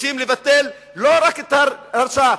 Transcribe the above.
רוצים לבטל לא רק את ההרשעה,